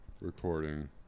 recording